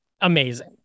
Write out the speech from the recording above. amazing